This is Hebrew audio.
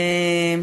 תודה,